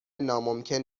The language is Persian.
ناممکن